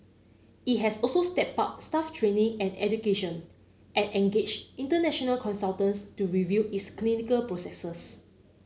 it has also stepped up staff training and education and engaged international consultants to review its clinical processes